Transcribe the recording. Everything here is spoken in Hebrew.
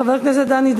וחבר הכנסת שטרית